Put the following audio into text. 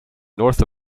north